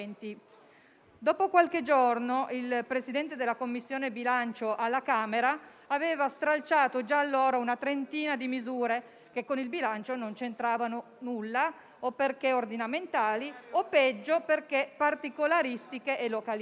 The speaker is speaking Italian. Dopo qualche giorno, il Presidente della Commissione bilancio alla Camera aveva stralciato - già allora - una trentina di misure che con il bilancio non c'entravano nulla o perché ordinamentali o, peggio, perché particolaristiche e localistiche.